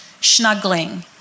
snuggling